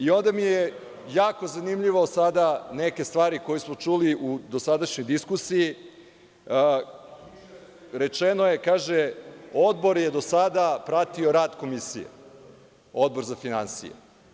Ovde mi je jako zanimljivo sada, neke stvari koje smo čuli u dosadašnjoj diskusiji, rečeno je – Odbor je do sada pratio rad Komisije, Odbor za finansije.